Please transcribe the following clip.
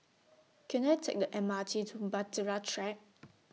Can I Take The M R T to Bahtera Track